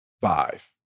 five